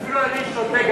אפילו אני שותק,